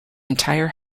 entire